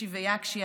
קיצ'י ויקשי,